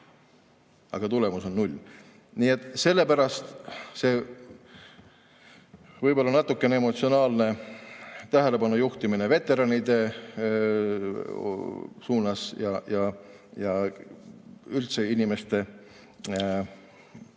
aga tulemus on null. Sellepärast see võib-olla natuke emotsionaalne tähelepanu juhtimine veteranidele ja üldse inimeste ja